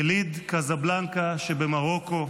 יליד קזבלנקה שבמרוקו,